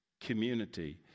community